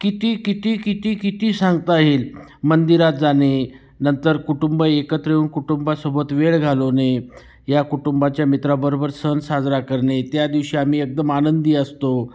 किती किती किती किती सांगता येईल मंदिरात जाणे नंतर कुटुंब एकत्र येऊन कुटुंबासोबत वेळ घालवणे या कुटुंबाच्या मित्राबरोबर सण साजरा करणे त्या दिवशी आम्ही एकदम आनंदी असतो